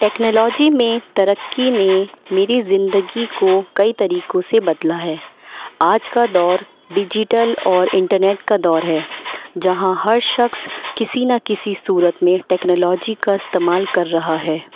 technology میں ترقی نے میری زندگی کو کئی طریقوں سے بدلا ہے آج کا دور ڈیجیٹل اور انٹرنیٹ کا دور ہے جہاں ہر شخص کسی نہ کسی صورت میں ٹیکنالوجی کا استعمال کر رہا ہے